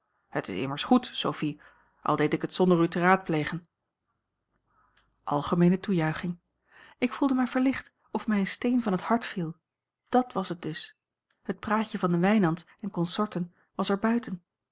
het is immers goed sophie al deed ik het zonder u te raadplegen algemeene toejuiching ik voelde mij verlicht of mij een steen van het hart viel dàt was het dus het praatje van de wijnands en consorten was er buiten